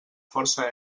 força